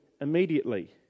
immediately